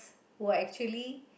were actually